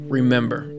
remember